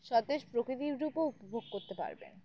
সতেজ প্রকৃতির রূপও উপভোগ করতে পারবেন